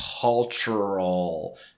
cultural